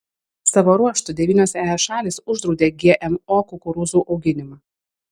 savo ruožtu devynios es šalys uždraudė gmo kukurūzų auginimą